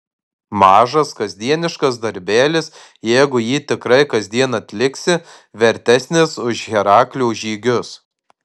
mažas kasdieniškas darbelis jeigu jį tikrai kasdien atliksi vertesnis už heraklio žygius